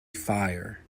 fire